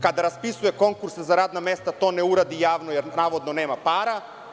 Kada raspisuje konkurs za radna mesta to ne uradi javno, jer navodno nema para.